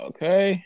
Okay